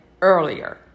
earlier